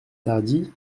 tardy